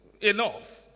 enough